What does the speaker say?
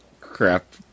crap